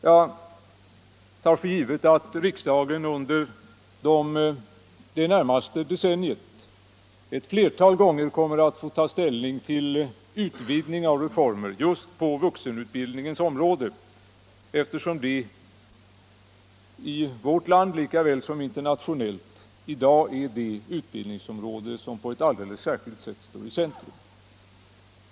Jag tar för givet att riksdagen under det närmaste decenniet ett flertal gånger kommer att få ta ställning till en utvidgning av reformer just på vuxenutbildningens område, eftersom det i vårt land lika väl som internationellt i dag är det utbildningsområde som på ett alldeles särskilt sätt står i centrum.